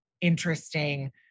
interesting